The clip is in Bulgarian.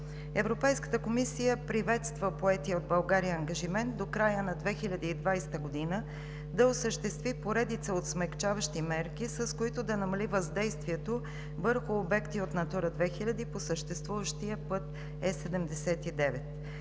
Европейската комисия приветства поетия от България ангажимент до края на 2020 г. да осъществи поредица от смекчаващи мерки, с които да намали въздействието върху обекти от „Натура 2000“ по съществуващия път Е-79.